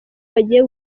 bagiye